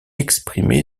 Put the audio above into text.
exprimé